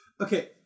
Okay